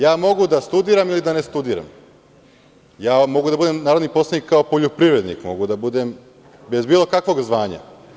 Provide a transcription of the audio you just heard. Ja mogu da studiram ili da ne studiram, ja mogu da budem narodni poslanik kao poljoprivrednik, mogu da budem bez bilo kakvog zvanja.